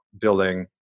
building